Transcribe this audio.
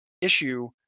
issue